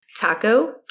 taco